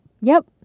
Yep